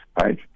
right